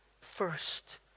first